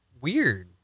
weird